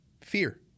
Fear